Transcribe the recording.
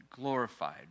glorified